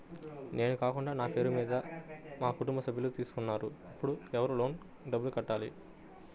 నేను కాకుండా నా పేరు మీద మా కుటుంబ సభ్యులు తీసుకున్నారు అప్పుడు ఎవరు లోన్ డబ్బులు కట్టాలి?